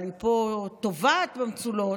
אבל פה היא טובעת במצולות,